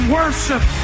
worship